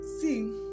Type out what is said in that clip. See